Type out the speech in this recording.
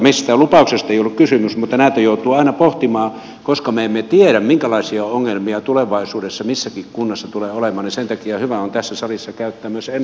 mistään lupauksesta ei ollut kysymys mutta näitä joutuu aina pohtimaan koska me emme tiedä minkälaisia ongelmia tulevaisuudessa missäkin kunnassa tulee olemaan ja sen takia on hyvä tässä salissa käyttää myös ennakoivia puheenvuoroja